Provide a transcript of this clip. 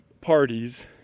parties